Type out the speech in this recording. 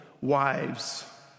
wives